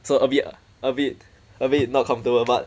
so a bit a bit a bit not comfortable but